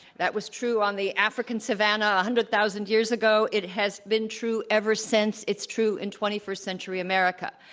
that was true on the african savanna one hundred thousand years ago. it has been true ever since. it's true in twenty first century america.